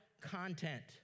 content